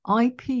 IP